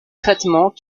traitements